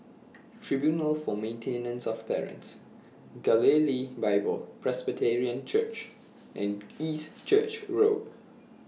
Tribunal For Maintenance of Parents Galilee Bible Presbyterian Church and East Church Road